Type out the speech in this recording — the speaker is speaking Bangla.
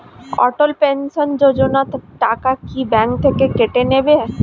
অটল পেনশন যোজনা টাকা কি ব্যাংক থেকে কেটে নেবে?